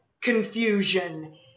confusion